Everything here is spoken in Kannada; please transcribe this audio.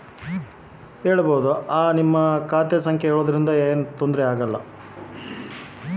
ನನ್ನ ಖಾತೆಯ ನಂಬರ್ ಎಲ್ಲರಿಗೂ ಹೇಳಬಹುದಾ ಸರ್?